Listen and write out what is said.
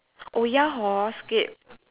oh ya hor Scape